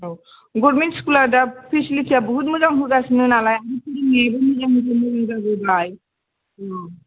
औ गरमेन्ट स्कुला दा पेचिलिटिया बहुत मोजां होगासिनो नालाय औ